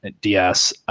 DS